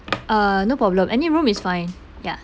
uh no problem any room is fine ya